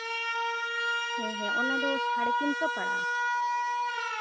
ᱦᱮᱸ ᱦᱮᱸ ᱚᱱᱟᱫᱚ ᱥᱟᱲᱮ ᱛᱤᱱᱥᱚ ᱯᱟᱲᱟᱜᱼᱟ